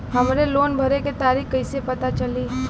हमरे लोन भरे के तारीख कईसे पता चली?